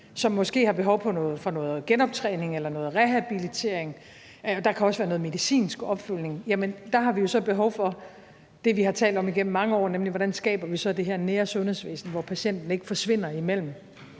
som måske har behov for noget genoptræning eller noget rehabilitering – der kan også være noget medicinsk opfølgning – ser vi, at vi har behov for det, vi har talt om igennem mange år, nemlig hvordan vi så skaber det her nære sundhedsvæsen, hvor patienten ikke forsvinder imellem